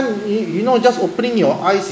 you you you know you just opening your eyes